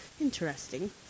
Interesting